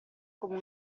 come